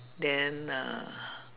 then uh